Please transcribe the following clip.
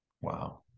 Wow